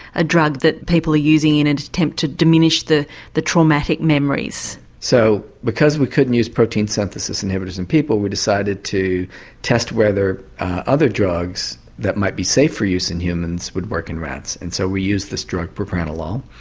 a drug that people are using in an and attempt to diminish the the traumatic memories. so because we couldn't use protein synthesis inhibitors in people we decided to test whether other drugs that might be safe for use in humans would work in rats. and so we used this drug propranolol,